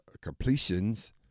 completions